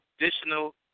additional